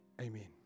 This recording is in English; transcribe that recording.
Amen